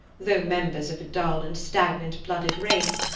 though members of a dull and stagnant-blooded race,